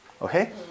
Okay